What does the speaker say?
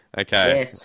Okay